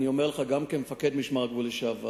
אני אומר את זה גם כמפקד משמר הגבול לשעבר,